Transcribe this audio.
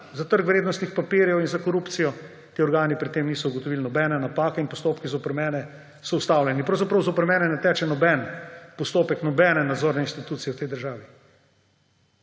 za trg vrednostnih papirjev in za korupcijo. Ti organi pri tem niso ugotovili nobene napake in postopki zoper mene so ustavljeni, pravzaprav zoper mene ne teče noben postopek nobene nadzorne inštitucije v tej državi.